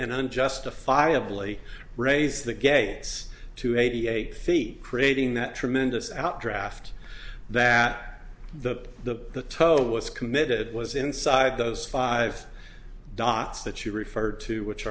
and unjustifiably raise the gates to eighty eight feet creating that tremendous out draft that the the code was committed was inside those five dots that you referred to which